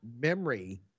memory